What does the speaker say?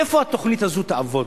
איפה התוכנית הזאת תעבוד?